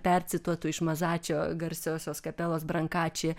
percituotu iš mazačio garsiosios kapelos brankači